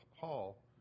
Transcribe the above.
hall